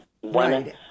One